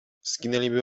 zginęliby